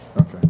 Okay